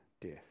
death